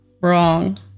wrong